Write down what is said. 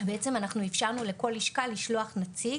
בעצם אנחנו אפשרנו לכל לשכה בסיעוד לשלוח נציג,